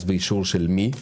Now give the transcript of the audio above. אז באישור של מי?